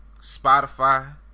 Spotify